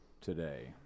today